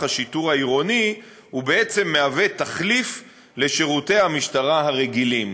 השיטור העירוני בעצם מהווה תחליף לשירותי המשטרה הרגילים.